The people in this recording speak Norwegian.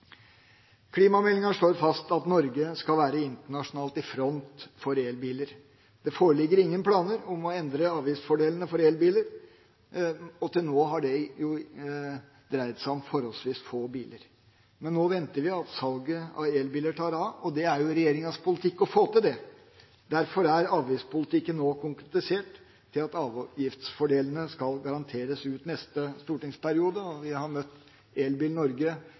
Klimameldinga slår fast at Norge skal være i front internasjonalt når det gjelder elbiler. Det foreligger ingen planer om å endre avgiftsfordelene for elbiler, og til nå har det jo dreid seg om forholdsvis få biler. Men nå venter vi at salget av elbiler tar av, og det er jo regjeringas politikk å få til det. Derfor er avgiftspolitikken nå konkretisert til at avgiftsfordelene skal garanteres ut neste stortingsperiode. Vi har møtt ElBil Norge,